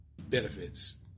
benefits